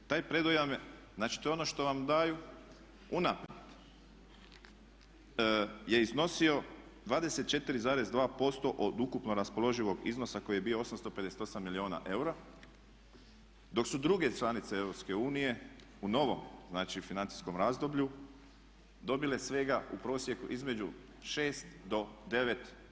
Taj predujam, znači to je ono što vam daju unaprijed, je iznosio 24,2% od ukupno raspoloživog iznosa koji je bio 858 milijuna eura dok su druge članice EU u novom znači financijskom razdoblju dobile svega u prosjeku između 6 do 9%